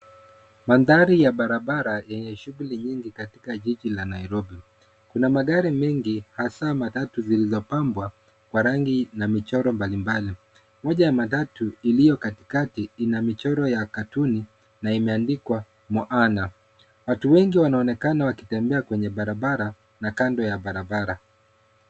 Mandhari ya barabara yenye shughuli nyingi katika jiji la Nairobi. Kuna magari mengi hasa matatu zilizopambwa kwa rangi na michoro mbali mbali. Moja ya matatu iliyo katikati ina michoro ya katuni na imeandikwa Moana. Watu wengi wanaonekana wakitembea kwenye barabara na kando ya barabara.